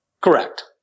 Correct